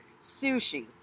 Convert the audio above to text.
Sushi